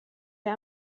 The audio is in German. wir